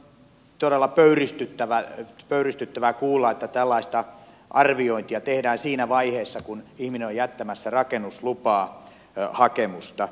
on todella pöyristyttävää kuulla että tällaista arviointia tehdään siinä vaiheessa kun ihminen on jättämässä rakennuslupahakemusta